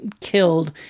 killed